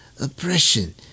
oppression